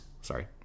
Sorry